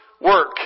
work